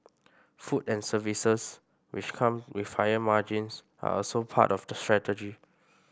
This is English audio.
food and services which come with higher margins are also part of the strategy